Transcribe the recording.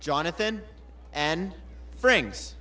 jonathan and frings